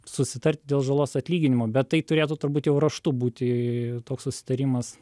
susitarti dėl žalos atlyginimo bet tai turėtų turbūt jau raštu būti toks susitarimas